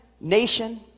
nation